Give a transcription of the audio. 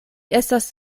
estas